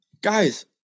guys